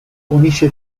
unisce